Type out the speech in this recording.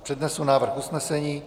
Přednesu návrh usnesení: